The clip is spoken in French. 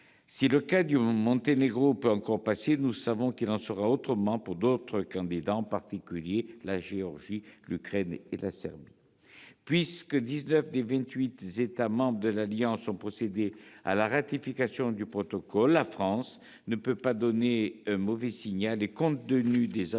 Si le cas du Monténégro peut encore passer, nous savons qu'il en sera autrement pour d'autres candidats, en particulier la Géorgie, l'Ukraine et la Serbie. Ainsi, puisque dix-neuf des vingt-huit États membres de l'Alliance ont procédé à la ratification du protocole, la France ne peut pas envoyer un mauvais signal ; de plus, compte tenu des avancées